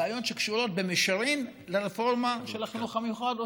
בעיות שקשורות במישרין לרפורמה של החינוך המיוחד או